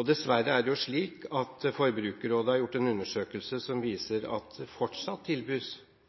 Dessverre er det slik at Forbrukerrådet har gjort en undersøkelse som viser at det fortsatt tilbys